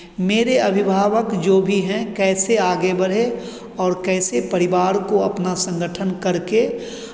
मेरे अभिभावक जो भी हैं कैसे आगे बढ़े और कैसे परिवार को अपना संगठन कर के